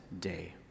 day